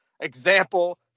example